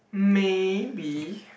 maybe